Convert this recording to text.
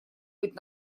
быть